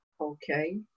Okay